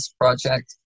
Project